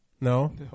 no